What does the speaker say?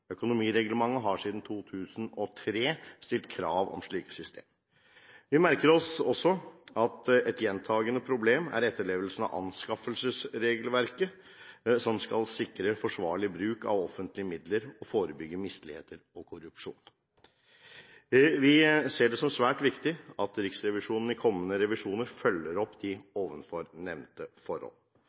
Økonomireglementet har siden 2003 stilt krav om slike system. Vi merker oss også at et gjentagende problem er etterlevelsen av anskaffelsesregelverket, som skal sikre forsvarlig bruk av offentlige midler og forebygge misligheter og korrupsjon. Vi ser det som svært viktig at Riksrevisjonen i kommende revisjoner følger opp de ovenfor nevnte forhold.